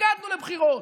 התנגדנו לבחירות.